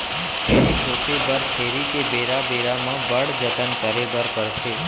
छेरी पोसे बर छेरी के बेरा बेरा म बड़ जतन करे बर परथे